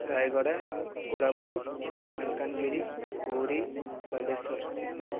Rayagada Koraput Malkangiri Puri Balasore